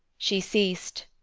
she ceas'd,